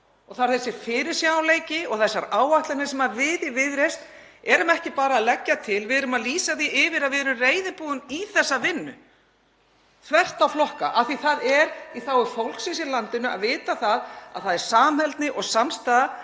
er þessi fyrirsjáanleiki og þessar áætlanir sem við í Viðreisn erum ekki bara að leggja til, við erum að lýsa því yfir að við erum reiðubúin í þessa vinnu þvert á flokka (Forseti hringir.) af því það er í þágu fólksins í landinu að vita að það er samheldni og samstaða